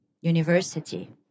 University